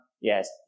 Yes